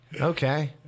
okay